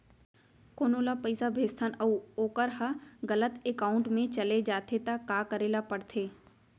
कोनो ला पइसा भेजथन अऊ वोकर ह गलत एकाउंट में चले जथे त का करे ला पड़थे?